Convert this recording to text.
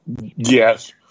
yes